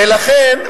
ולכן,